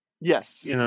Yes